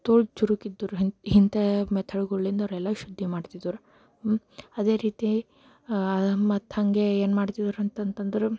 ತೋಲ್ ಚುರುಕು ಇದ್ದರು ಹಿಂ ಇಂಥ ಮೆಥಡ್ಗಳಿಂದ ಅವರೆಲ್ಲ ಶುದ್ಧಿ ಮಾಡ್ತಿದ್ರು ಅದೇ ರೀತಿ ಮತ್ತು ಹಾಗೆ ಏನ್ಮಾಡ್ತಿದ್ರು ಅಂತಂದ್ರೆ